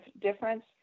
difference